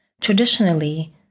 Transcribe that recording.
Traditionally